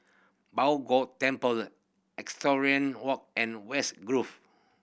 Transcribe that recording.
Bao Gong Temple Equestrian Walk and West Grove